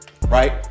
Right